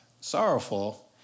sorrowful